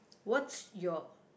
what's your